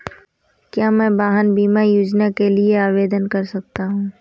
क्या मैं वाहन बीमा योजना के लिए आवेदन कर सकता हूँ?